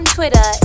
Twitter